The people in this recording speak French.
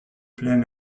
plein